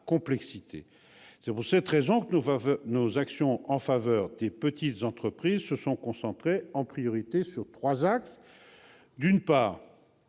complexité. C'est pour cette raison que nos actions en faveur des petites entreprises se sont concentrées, en priorité, selon trois axes. En